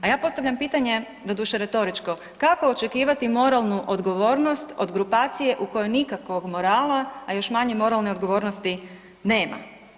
A ja postavljam pitanje, doduše retoričko, kako očekivati moralnu odgovornost od grupacije u kojoj nikakvog morala, a još manje moralne odgovornosti nema?